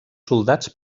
soldats